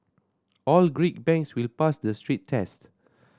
all Greek banks will pass the stress tests